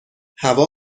هوا